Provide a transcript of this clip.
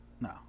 No